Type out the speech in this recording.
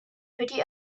pretty